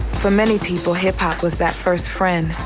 for many people, hip-hop was that first friend,